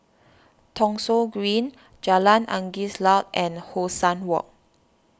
Thong Soon Green Jalan Angin Laut and Hong San Walk